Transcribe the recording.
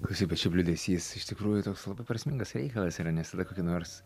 klausyk bet šiaip liūdesys iš tikrųjų toks labai prasmingas reikalas yra nes tada kokį nors